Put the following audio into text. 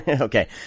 Okay